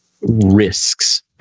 risks